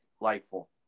lightful